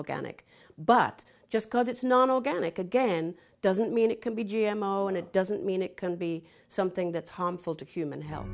organic but just because it's non organic again doesn't mean it can be g m o and it doesn't mean it can be something that's harmful to human